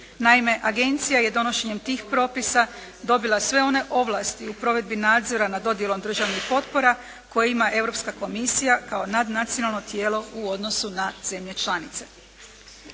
Naime, agencija je donošenjem tih propisa dobila sve one ovlasti u provedbi nadzora nad dodjelom državnih potpora koje ima Europska komisija kao nadnacionalno tijelo u odnosu na zemlje članice.